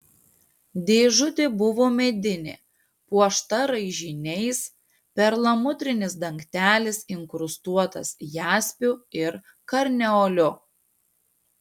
dėžutė buvo medinė puošta raižiniais perlamutrinis dangtelis inkrustuotas jaspiu ir karneoliu